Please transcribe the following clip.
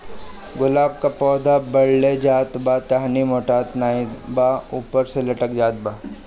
गुलाब क पौधा बढ़ले जात बा टहनी मोटात नाहीं बा ऊपर से लटक जात बा?